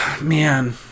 man